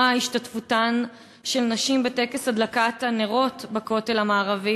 השתתפותן של נשים בטקס הדלקת הנרות בכותל המערבי,